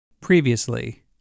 Previously